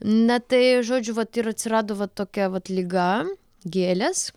na tai žodžiu vat ir atsirado va tokia vat liga gėlės